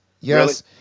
yes